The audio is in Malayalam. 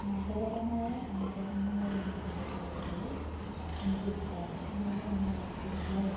മതപരമായ ആചാരങ്ങളുമായി ബന്ധപ്പെട്ട പാട്ടുകള് എനിക്കിഷ്ടല്ല അതുകൊണ്ട് ഞാനത് ആസ്വദിക്കാറുല്ല